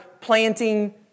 planting